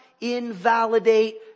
invalidate